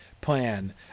plan